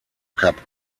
cup